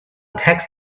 tax